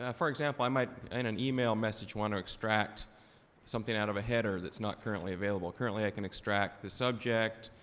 ah for example, i might, in an email message, want to extract something out of a header that's not currently available. currently i can extract the subject,